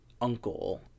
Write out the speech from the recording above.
uncle